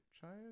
child